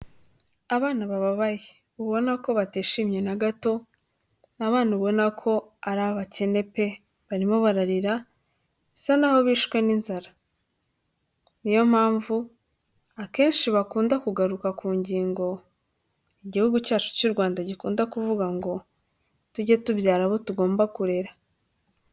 Abana bababaye ubona ko batishimye na gato, ni abana ubona ko ari abakene pe! barimo bararira bisa n'aho bishwe n'inzara, niyo mpamvu akenshi bakunda kugaruka ku ngingo igihugu cyacu cy'u Rwanda gikunda kuvuga ngo: "tujye tubyara abo tugomba kurera".